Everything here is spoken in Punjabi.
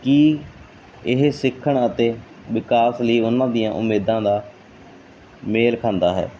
ਕਿ ਇਹ ਸਿੱਖਣ ਅਤੇ ਵਿਕਾਸ ਲਈ ਉਹਨਾਂ ਦੀਆਂ ਉਮੀਦਾਂ ਦਾ ਮੇਲ ਖਾਂਦਾ ਹੈ